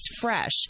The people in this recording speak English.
fresh